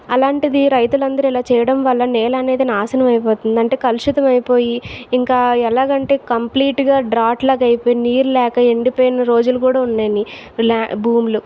అలాంటిది రైతులందరూ ఇలా చేయడం వల్ల నేల అనేది నాశనం అయిపోతుంది అంటే కలుషితం అయిపోయి ఇంకా ఎలాగంటే కంప్లీట్ గా డ్రాట్ లాగా అయిపోయి నీరు లేక ఎండిపోయిన రోజులు కూడా ఉన్నాయి లా భూములు